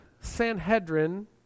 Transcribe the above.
Sanhedrin